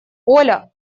оля